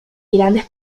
grandes